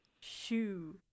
shoe